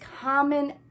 common